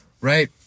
right